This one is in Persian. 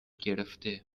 گرفته